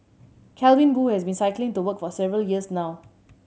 Calvin Boo has been cycling to work for several years now